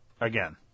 again